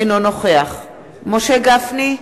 אינו נוכח משה גפני,